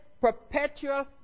perpetual